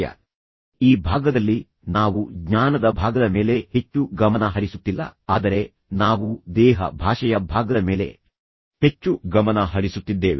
ಯ ಈ ಭಾಗದಲ್ಲಿ ನಾವು ಜ್ಞಾನದ ಭಾಗದ ಮೇಲೆ ಹೆಚ್ಚು ಗಮನ ಹರಿಸುತ್ತಿಲ್ಲ ಆದರೆ ನಾವು ದೇಹ ಭಾಷೆಯ ಭಾಗದ ಮೇಲೆ ಹೆಚ್ಚು ಗಮನ ಹರಿಸುತ್ತಿದ್ದೇವೆ